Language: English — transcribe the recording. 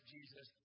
Jesus